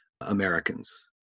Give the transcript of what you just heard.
Americans